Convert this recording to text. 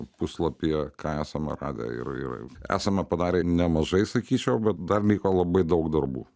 puslapyje ką esame radę ir ir esame padarę nemažai sakyčiau bet dar liko labai daug darbų